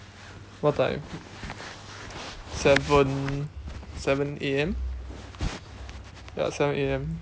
what time seven seven A_M ya seven A_M